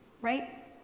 Right